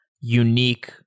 unique